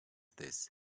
this